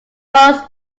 was